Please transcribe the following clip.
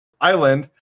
island